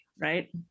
right